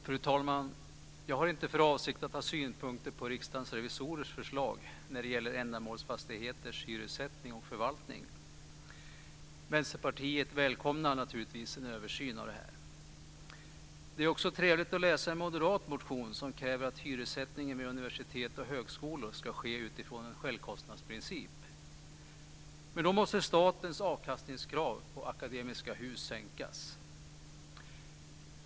Fru talman! Jag har inte för avsikt att ha synpunkter på Riksdagens revisorers förslag när det gäller ändamålsfastigheters hyressättning och förvaltning. Vänsterpartiet välkomnar naturligtvis en översyn. Det är också trevligt att läsa en moderat motion som kräver att hyressättningen vid universitet och högskolor ska ske utifrån en självkostnadsprincip. Men då måste statens avkastningskrav på Akademiska Hus sänkas.